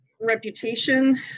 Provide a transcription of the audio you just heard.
reputation